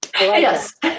Yes